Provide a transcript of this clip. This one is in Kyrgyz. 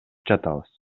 жатабыз